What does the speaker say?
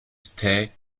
stay